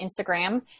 Instagram